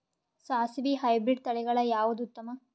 ಸಾಸಿವಿ ಹೈಬ್ರಿಡ್ ತಳಿಗಳ ಯಾವದು ಉತ್ತಮ?